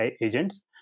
agents